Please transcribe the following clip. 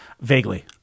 Vaguely